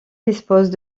dispose